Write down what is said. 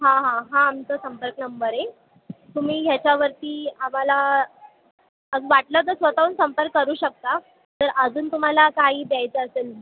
हां हां हा आमचा संपर्क नंबर आहे तुम्ही ह्याच्यावरती आम्हाला वाटलं तर स्वत हून संपर्क करू शकता तर अजून तुम्हाला काही द्यायचं असेल